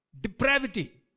depravity